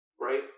right